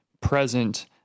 present